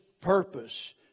purpose